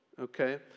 okay